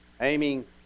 Aiming